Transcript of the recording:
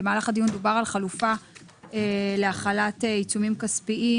במהלך הדיון דובר על חלופה להחלת עיצומים כספיים.